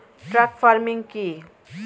Truck farming কি?